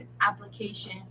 application